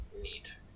Neat